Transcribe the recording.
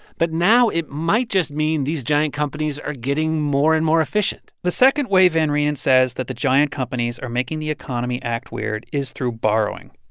but now, it might just mean these giant companies are getting more and more efficient the second way van reenen says that the giant companies are making the economy act weird is through borrowing.